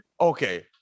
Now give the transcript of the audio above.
Okay